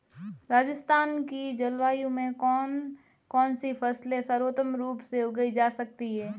राजस्थान की जलवायु में कौन कौनसी फसलें सर्वोत्तम रूप से उगाई जा सकती हैं?